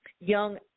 young